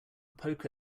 poke